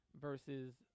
versus